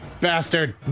bastard